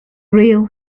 rail